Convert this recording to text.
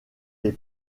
les